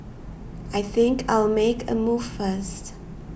I think I'll make a move first